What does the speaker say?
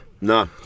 No